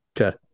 Okay